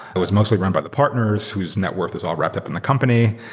it was mostly run by the partners whose net worth is all wrapped up in the company.